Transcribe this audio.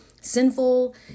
sinful